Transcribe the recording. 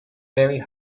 very